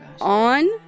On